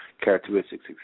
characteristics